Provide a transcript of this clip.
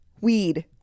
Weed